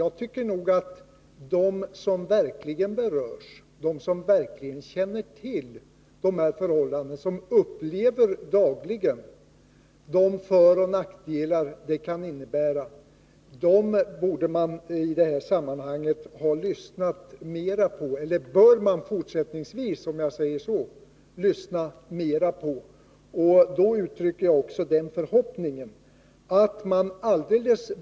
Jag tycker att man i detta sammanhang fortsättningsvis bör lyssna mer på dem som verkligen berörs, på dem som verkligen känner till förhållandena och dagligen upplever de föroch nackdelar som följer med de olika broöppningssystemen.